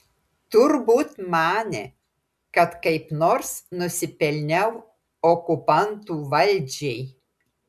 turbūt manė kad kaip nors nusipelniau okupantų valdžiai